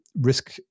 risk